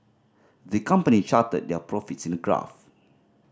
the company charted their profits in a graph